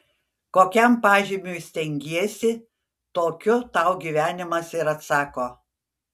kokiam pažymiui stengiesi tokiu tau gyvenimas ir atsako